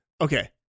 Okay